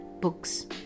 books